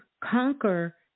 conquer